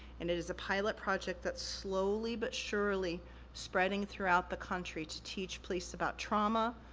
and it is a pilot project that's slowly but surely spreading throughout the country to teach police about trauma,